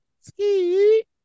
Ski